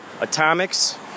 Atomics